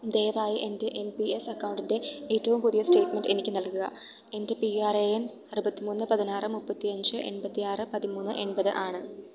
ദയവായി എൻ്റെ N P S അക്കൗണ്ടിൻ്റെ ഏറ്റവും പുതിയ സ്റ്റേറ്റ്മെന്റ് എനിക്കു നൽകുക എൻ്റെ പി ആർ എ എൻ അറുപത്തിമൂന്ന് പതിനാറ് മുപ്പത്തിയഞ്ച് എണ്പത്തിയാറ് പതിമൂന്ന് എണ്പത് ആണ്